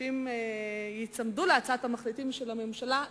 שאם ייצמדו להצעת המחליטים של הממשלה,